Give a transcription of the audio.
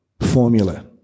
formula